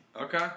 Okay